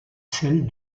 celle